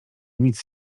nic